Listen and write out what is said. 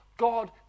God